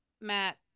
Matt